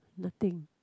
nothing